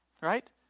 Right